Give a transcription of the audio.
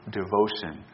devotion